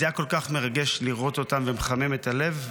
זה היה כל כך מרגש לראות אותם ומחמם את הלב.